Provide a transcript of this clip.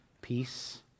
peace